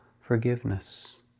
forgiveness